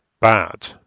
bad